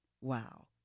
Wow